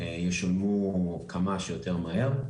ישולמו כמה שיותר מהר,